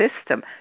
system